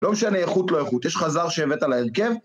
לא משנה איכות לא איכות, יש לך זר שהבאת להרכב